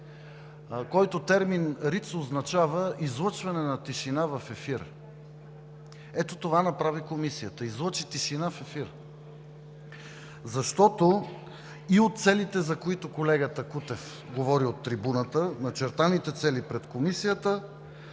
който термин означава „излъчване на тишина в ефир“. Ето това направи Комисията – излъчи тишина в ефир, защото и за целите, за които колегата Кутев говори от трибуната, начертаните цели пред Комисията,